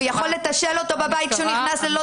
הוא יכול לתשאל אותו בבית כשהוא נכנס ללא